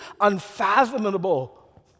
unfathomable